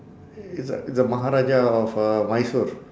he's a he's மகாராஜா:makaaraajaa of uh mysore